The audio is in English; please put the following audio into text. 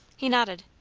he nodded.